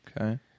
Okay